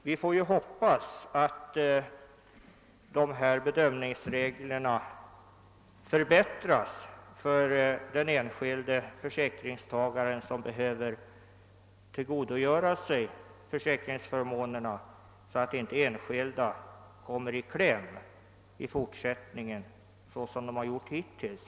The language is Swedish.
Vi får hoppas att dessa bedömningsregler förbättras för den enskilde försäkringstagaren, som behöver tillgodogöra sig försäkringsförmånerna, så att han i fortsättningen inte kommer i kläm på det sätt som hittills skett.